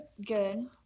good